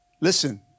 Listen